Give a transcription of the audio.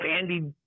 Andy